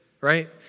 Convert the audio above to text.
right